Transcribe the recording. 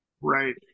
Right